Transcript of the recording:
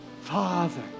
father